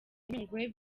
nyungwe